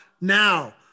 now